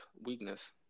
weakness